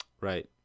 Right